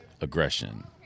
aggression